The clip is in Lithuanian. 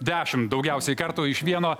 dešimt daugiausiai kartų iš vieno